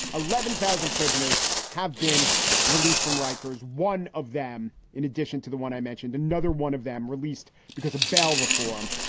eleven thousand prisoners have been released from rikers, one of them in addition to the one i mentioned. another one of them released because of bail reform,